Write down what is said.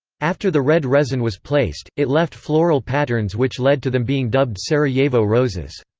after the red resin was placed, it left floral patterns which led to them being dubbed sarajevo roses.